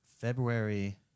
february